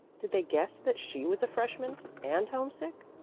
did they guess that she was a freshman and homesick?